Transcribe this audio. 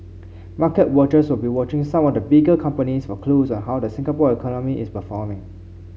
market watchers will be watching some of the bigger companies for clues on how the Singapore economy is performing